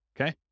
okay